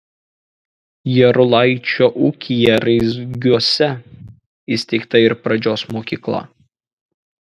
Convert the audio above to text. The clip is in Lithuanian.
jarulaičio ūkyje raizgiuose įsteigta ir pradžios mokykla